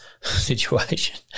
situation